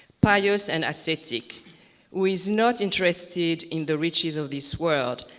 pious and ascetic who is not interested in the riches of this world.